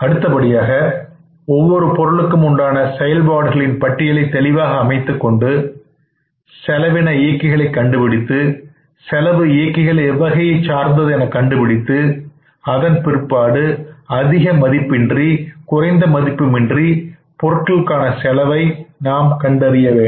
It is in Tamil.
அடுத்தபடியாக ஒவ்வொரு பொருளும் உண்டான செயல்பாடுகளின் பட்டியலை தெளிவாக அமைத்துக்கொண்டு செலவு இயக்கிகளை கண்டுபிடித்து செலவு இயக்கிகள் எவ்வகையைச் சார்ந்தது என கண்டுபிடித்து அதன் பிற்பாடு அதிக மதிப்புமின்றி குறைந்த மதிப்புமின்றி பொருளுக்கான செலவை நாம் கண்டறிய வேண்டும்